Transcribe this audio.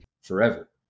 forever